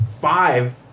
five